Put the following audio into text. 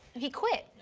he quit.